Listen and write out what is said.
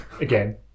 again